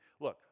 Look